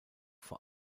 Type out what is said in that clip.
vor